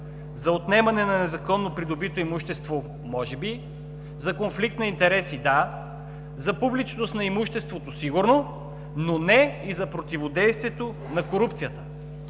За отнемане на незаконно придобито имущество – може би, за конфликт на интереси – да, за публичност на имуществото – сигурно, но не и за противодействие на корупцията.